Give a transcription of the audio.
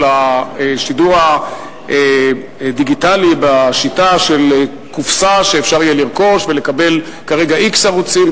השידור הדיגיטלי בשיטה של קופסה שאפשר יהיה לרכוש ולקבל כרגע x ערוצים,